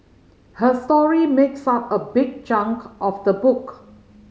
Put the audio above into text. her story makes up a big chunk of the book